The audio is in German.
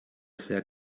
sehr